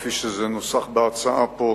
כפי שזה נוסח בהצעה פה,